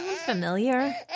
familiar